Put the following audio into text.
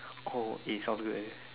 cold eh sounds good eh